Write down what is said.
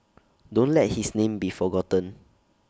don't let his name be forgotten